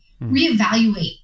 re-evaluate